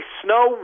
snow